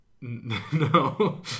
No